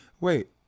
wait